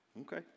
Okay